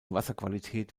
wasserqualität